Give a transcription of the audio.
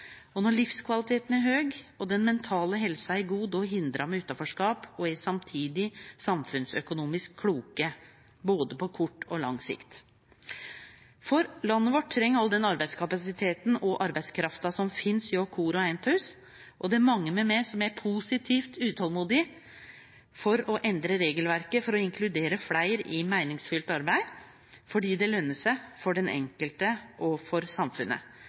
Når livskvaliteten er høg og den mentale helsa er god, hindrar me utanforskap og er samtidig samfunnsøkonomisk kloke på både kort og lang sikt. Landet vårt treng all den arbeidskapasiteten og arbeidskrafta som finst hjå kvar og ein av oss. Det er mange med meg som er positivt utolmodige etter å endre regelverket for å inkludere fleire i meiningsfylt arbeid, for det løner seg for den enkelte og for samfunnet.